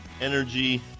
energy